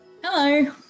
Hello